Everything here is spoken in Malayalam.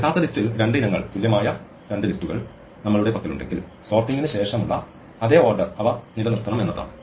യഥാർത്ഥ ലിസ്റ്റിൽ രണ്ട് ഇനങ്ങൾ തുല്യമായ രണ്ട് ലിസ്റ്റുകൾ നമ്മളുടെ പക്കലുണ്ടെങ്കിൽ സോർട്ടിംഗിന് ശേഷമുള്ള അതേ ഓർഡർ അവ നിലനിർത്തണം എന്നതാണ്